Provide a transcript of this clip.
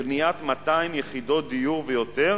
אישור תוכניות לבניית 200 יחידות דיור ויותר